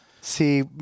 See